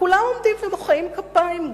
וכולם עומדים ומוחאים כפיים,